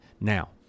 Now